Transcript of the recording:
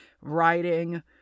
writing